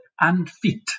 unfit